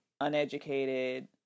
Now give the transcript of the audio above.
uneducated